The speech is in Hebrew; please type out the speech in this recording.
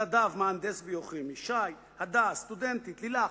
נדב, מהנדס ביוכימי, שי, הדס, סטודנטית, לילך.